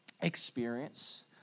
experience